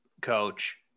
coach